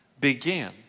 began